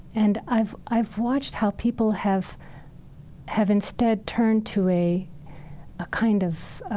and i've i've watched how people have have instead turned to a ah kind of